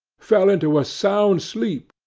fell into a sound sleep,